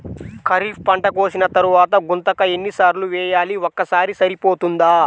ఖరీఫ్ పంట కోసిన తరువాత గుంతక ఎన్ని సార్లు వేయాలి? ఒక్కసారి సరిపోతుందా?